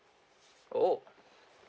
oh